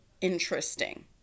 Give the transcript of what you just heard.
interesting